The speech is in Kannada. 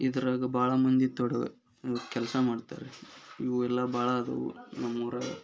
ಇದರಾಗ ಭಾಳ ಮಂದಿ ತೊಡಗಿ ಕೆಲಸ ಮಾಡ್ತಾರ್ರಿ ಇವು ಎಲ್ಲ ಭಾಳ ಅದವೆ ನಮ್ಮ ಊರ